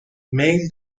میل